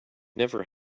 never